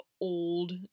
old